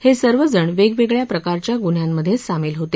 हे सर्वजण वेगवेगळ्या प्रकारच्या गुन्ह्यांमधे सामील होते